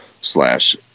slash